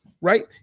right